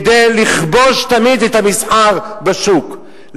כדי לכבוש תמיד את המסחר בשוק,